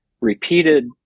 repeated